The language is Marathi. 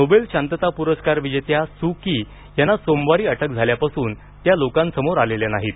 नोबेल शांतता पुरस्कार विजेत्या सु ची यांना सोमवारी अटक झाल्यापासून त्या लोकांसमोर आलेल्या नाहीत